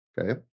okay